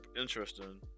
interesting